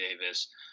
Davis